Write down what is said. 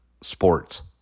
sports